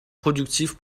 productif